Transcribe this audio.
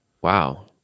Wow